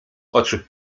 oczy